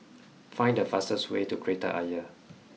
find the fastest way to Kreta Ayer